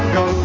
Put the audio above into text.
go